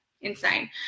insane